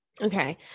Okay